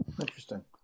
Interesting